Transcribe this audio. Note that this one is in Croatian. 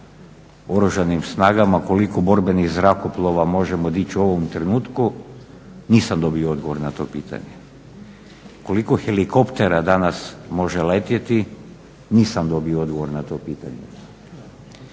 Oružanim snagama koliko borbenih zrakoplova možemo dići u ovom trenutku nisam dobio odgovor na to pitanje. Koliko helikoptera danas može letjeti, nisam dobio odgovor na to pitanje.